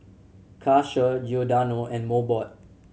Karcher Giordano and Mobot